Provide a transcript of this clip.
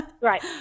Right